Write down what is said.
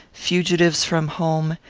fugitives from home,